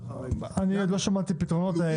אני עוד לא שמעתי פתרונות,